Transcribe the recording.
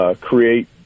create